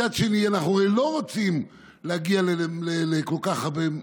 מצד שני, אנחנו לא רוצים להגיע לכל כך הרבה.